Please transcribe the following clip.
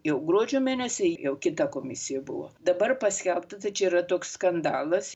jau gruodžio mėnesį jau kita komisija buvo dabar paskelbta tai čia yra toks skandalas